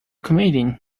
comedian